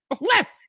left